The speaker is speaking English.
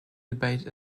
debate